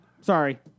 Sorry